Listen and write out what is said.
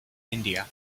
india